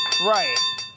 right